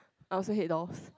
I also hate dolls